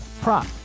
prop